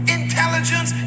intelligence